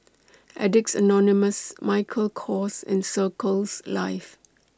Addicts Anonymous Michael Kors and Circles Life